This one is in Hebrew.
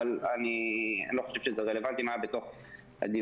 אבל אני לא חושב שזה רלבנטי מה היה בתוך הדיונים.